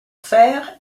faire